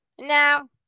Now